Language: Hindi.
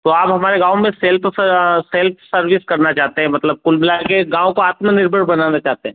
तो आप हमारे गाँव में सेल्फ सेल्फ सर्विस करना चाहते हैं मतलब कुल मिला के गाँव को आत्मनिर्भर बनाना चाहते हैं